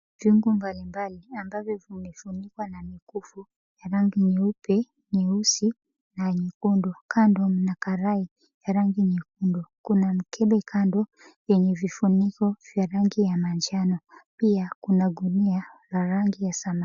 Viungo mbalimbali ambavyo vimefunikwa na vikufu ya rangi nyeupe, nyeusi na nyekundu. Kando mna karai ya rangi nyekundu. Kuna mkeke kando yenye vifuniko vya rangi ya manjano. Pia kuna gunia la rangi ya salama.